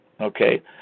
okay